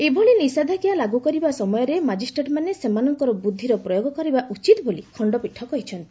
ଏଭଳି ନିଷେଧାଜ୍ଞା ଲାଗ୍ର କରିବା ସମୟରେ ମାଜିଷ୍ଟ୍ରେଟ୍ମାନେ ସେମାନଙ୍କର ବୁଦ୍ଧିର ପ୍ରୟୋଗ କରିବା ଉଚିତ ବୋଲି ଖଣ୍ଡପୀଠ କହିଛନ୍ତି